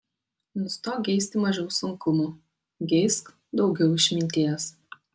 nustok geisti mažiau sunkumų geisk daugiau išminties